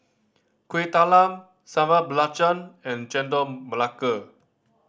Kueh Talam Sambal Belacan and Chendol Melaka